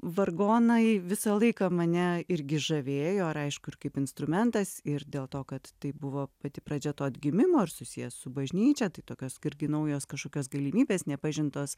vargonai visą laiką mane irgi žavėjo ir aišku ir kaip instrumentas ir dėl to kad tai buvo pati pradžia to atgimimo ir susiję su bažnyčia tai tokios irgi naujos kažkokios galimybės nepažintos